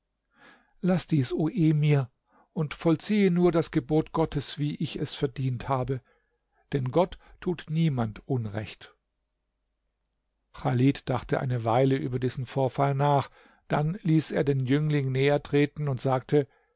laß dies o emir und vollziehe nur das gebot gottes wie ich es verdient habe denn gott tut niemand unrecht chalid dachte eine weile über diesen vorfall nach dann ließ er den jüngling nähertreten und sagte